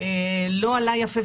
לא עלה יפה,